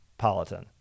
Politan